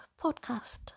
podcast